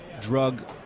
drug